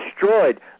destroyed